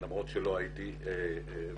למרות שלא הייתי בתוכו.